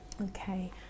Okay